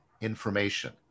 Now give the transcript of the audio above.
information